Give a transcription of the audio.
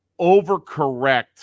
overcorrect